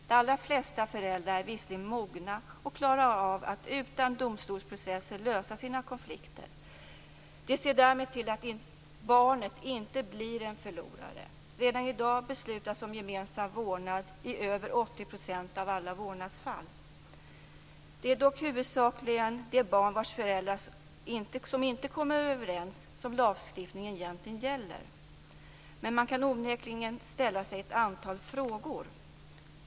De allra flesta föräldrar är visserligen mogna och klarar av att utan domstolsprocesser lösa sina konflikter. De ser därmed till att barnet inte blir en förlorare. Redan i dag beslutas om gemensam vårdnad i över 80 % av alla vårdnadsfall. Det är dock huvudsakligen de barn vars föräldrar inte kommer överens som lagstiftningen egentligen gäller. Men man kan onekligen ställa sig ett antal frågor.